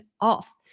off